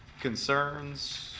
concerns